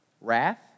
wrath